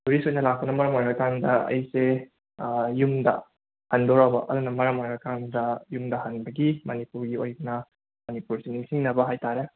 tourist ꯑꯣꯏꯅ ꯂꯥꯛꯄꯅ ꯃꯔꯝ ꯑꯣꯏꯔꯀꯥꯟꯗ ꯑꯩꯁꯦ ꯌꯨꯝꯗ ꯍꯟꯗꯣꯔꯕ ꯑꯗꯨꯅ ꯃꯔꯝ ꯑꯣꯏꯔꯀꯥꯟꯗ ꯌꯨꯝꯗ ꯍꯟꯕꯒꯤ ꯃꯅꯤꯄꯨꯔꯒꯤ ꯑꯣꯏꯅ ꯃꯅꯤꯄꯨꯔꯁꯦ ꯅꯤꯡꯁꯤꯡꯅꯕ ꯍꯥꯏꯇꯥꯔꯦ